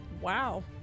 Wow